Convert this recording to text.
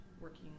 working